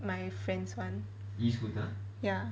my friend's [one] ya